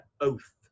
oath